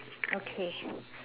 okay